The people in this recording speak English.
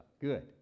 Good